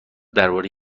درباره